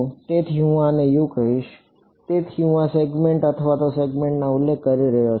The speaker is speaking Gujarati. તેથી હું આને અહીં U કહીશ તેથી હું આ સેગમેન્ટ અથવા આ સેગમેન્ટનો ઉલ્લેખ કરી રહ્યો છું